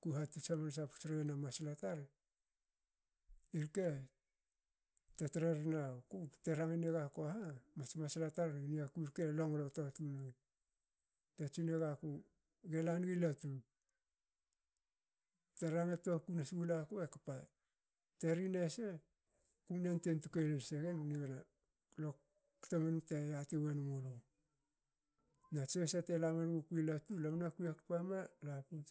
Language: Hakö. ku hatots hamansa puts riyen a masla tar. Irke te trerin aku te rangine gakua ha. mats masla tar niaku rke longlo tua tunru. Te tsinegaku gela nigi latu. teranga tuaku nsi gulaku ekpa teri nese kumne yantuen tuke lol segen nigana. lo kto wonum te yati wonmulu nats sohse tela men gukui latu lam na kui hakpa me laputs